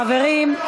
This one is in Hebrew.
חברים,